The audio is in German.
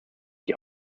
die